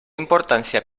importància